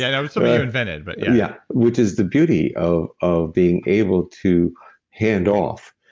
yeah that was something you invented but yeah yeah. which is the beauty of of being able to hand off.